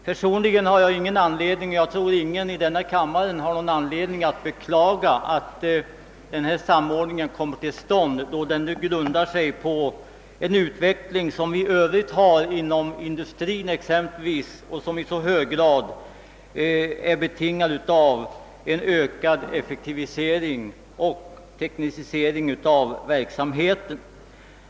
Personligen har jag ingen anledning att beklaga — och jag tror ingen annan heller i denna kammare har det — att denna samordning kommer till stånd, då den grundar sig på en utveckling, vilken för övrigt också visat sig inom industrin och som i hög grad är betingad av en ökad effektivisering och teknisk fulländ ning av verksamheten.